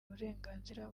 uburenganzira